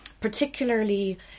Particularly